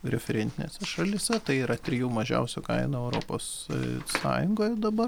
referentinėse šalyse tai yra trijų mažiausių kainų europos sąjungoje dabar